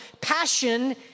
Passion